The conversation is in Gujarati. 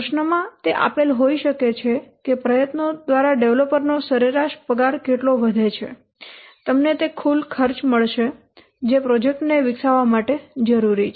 પ્રશ્નમાં તે આપેલ હોઈ શકે છે કે પ્રયત્નો દ્વારા ડેવલપર નો પગાર સરેરાશ કેટલો વધે છે તમને તે કુલ ખર્ચ મળશે જે પ્રોજેક્ટને વિકસાવવા માટે જરૂરી છે